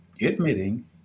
admitting